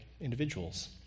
individuals